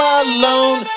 alone